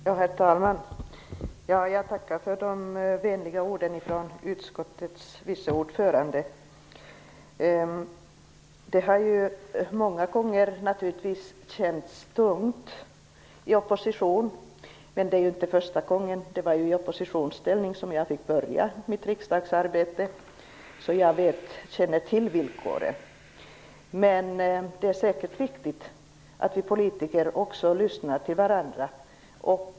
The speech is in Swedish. Herr talman! Jag tackar för de vänliga orden från utskottets vice ordförande. Det har många gånger känts tungt i opposition. Men det är inte första gången. Det var ju i oppositionsställning jag fick börja mitt riksdagsarbete, så jag känner till villkoren. Men det är säkert viktigt att vi politiker lyssnar på varandra.